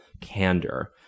candor